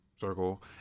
Circle